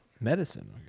medicine